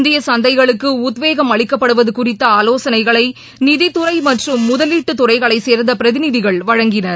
இந்தியசந்தைகளுக்குஉத்வேகம் அளிக்கப்படுவதுகுறித்தஆலோசனைகளைநிதித்துறைமற்றும் முதலீட்டுதுறைகளைசேர்ந்தபிரதிநிதிகள் வழங்கினர்